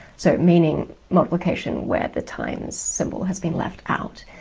so meaning multiplication where the times symbol has been left out,